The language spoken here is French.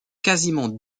quasiment